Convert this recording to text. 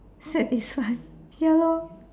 satisfied ya lor